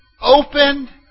opened